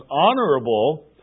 honorable